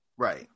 Right